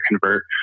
convert